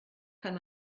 kann